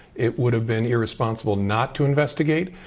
it would have been irresponsible not to investigate.